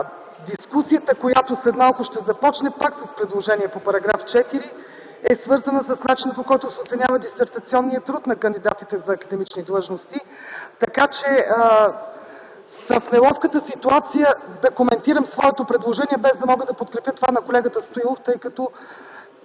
дискусията, която след малко ще започне пак с предложение по § 4, е свързана с начина, по който се оценява дисертационният труд на кандидатите за академични длъжности. Така, че съм в неловката ситуация да коментирам своето предложение, без да мога да подкрепя това на колегата Стоилов, тъй като